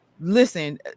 listen